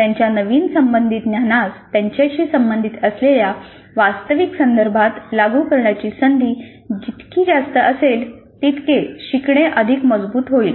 त्यांच्या नवीन संबंधित ज्ञानास त्यांच्याशी संबंधित असलेल्या वास्तविक संदर्भात लागू करण्याची संधी जितकी जास्त असेल तितके शिकणे अधिक मजबूत होईल